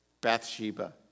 Bathsheba